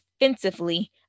defensively